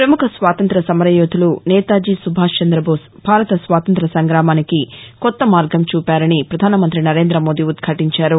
ప్రముఖ స్వాతంత్ర్య సమరయోధులు నేతాజీ సుభాష్ చంద్రబోస్ భారత స్వాతంత్ర్య సంగ్రామానికి కొత్త మార్గంచూపారని పధానమంత్రి నరేందమోదీ ఉద్భాటించారు